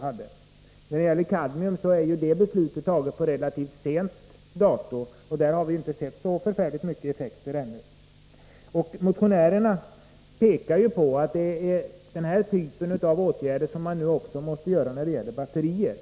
Beslutet beträffande kadmium är ju av relativt sent datum, och därvidlag har vi inte sett så stora effekter ännu. Motionärerna påpekar att samma typ av åtgärder som tidigare vidtogs nu måste vidtas när det gäller batterier.